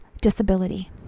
disability